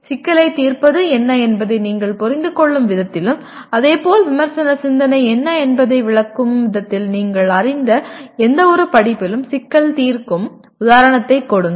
சிக்கலைத் தீர்ப்பது என்ன என்பதை நீங்கள் புரிந்துகொள்ளும் விதத்திலும் அதேபோல் விமர்சன சிந்தனை என்ன என்பதை விளக்கும் விதத்தில் நீங்கள் அறிந்த எந்தவொரு படிப்பிலும் சிக்கல் தீர்க்கும் உதாரணத்தைக் கொடுங்கள்